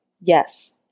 Yes